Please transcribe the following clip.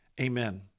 Amen